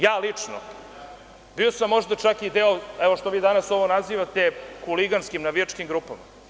Ja lično bio sam možda čak i deo, evo što vi danas ovo nazivate huliganskim, navijačkim grupama.